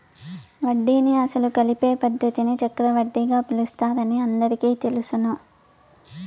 వడ్డీని అసలు కలిపే పద్ధతిని చక్రవడ్డీగా పిలుస్తారని అందరికీ తెలుసును